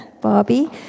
Barbie